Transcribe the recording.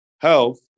health